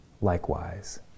likewise